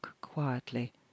quietly